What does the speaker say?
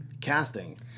casting